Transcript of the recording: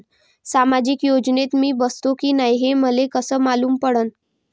सामाजिक योजनेत मी बसतो की नाय हे मले कस मालूम पडन?